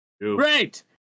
Great